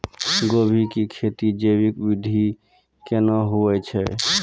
गोभी की खेती जैविक विधि केना हुए छ?